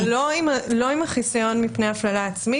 זכויות בהליך הפלילי אבל לא עם החיסיון מפני הפללה עצמית.